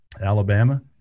Alabama